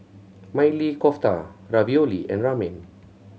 Maili Kofta Ravioli and Ramen